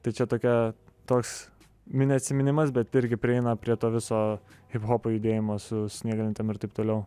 tai čia tokia toks mini atsiminimas bet irgi prieina prie to viso hiphopo judėjimo su snieglentėm ir taip toliau